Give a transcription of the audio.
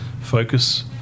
focus